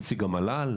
נציג המל"ל,